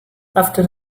after